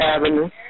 Avenue